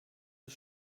his